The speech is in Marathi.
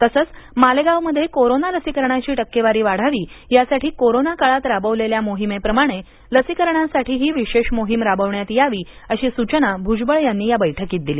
तसेच मालेगांव मध्ये कोरोना लसीकरणाची टक्केवारी वाढावी यासाठी कोरोनाकाळात राबविलेल्या मोहिमेप्रमाणे लसीकरणासाठी विशेष मोहिम राबविण्यात यावी अशी सूचना भुजबळ यांनी या बैठकीत केली